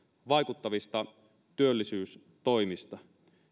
vaikuttavista työllisyystoimista